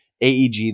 aeg